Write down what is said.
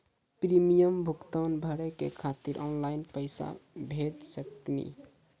Premium भुगतान भरे के खातिर ऑनलाइन पैसा भेज सकनी?